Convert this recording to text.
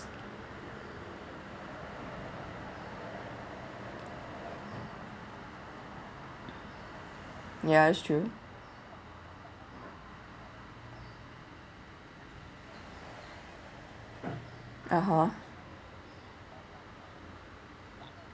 ya that's true (uh huh)